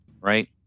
Right